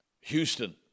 Houston